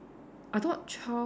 I thought twelve